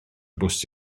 bws